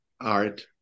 art